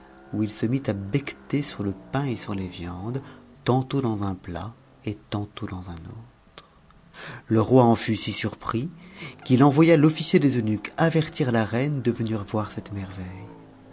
où il se mit à becqueter sur le pain et sur les viandes tantôt dans un plat et tantôt dans un autre le roi en fut si surpris qu'il envoya l'officier des eunuques avertir la reine de venir voir cette merveille